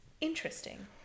interesting